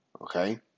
Okay